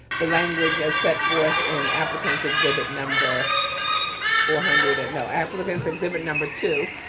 the language as set forth in applicant's exhibit number four hundred and no applicant's exhibit number two.